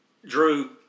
Drew